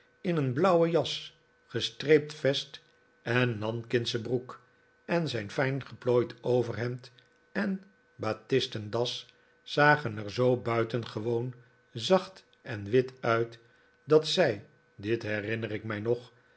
in een blauwe jas gestreept vest en nankingsche broek en zijn fijn geplooid overhemd en batisten das zagen er zoo buitengewoon zacht en wit uit dat zij dit herinner ik mij nog